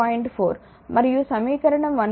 4 మరియు సమీకరణం 1